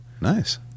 Nice